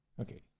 okay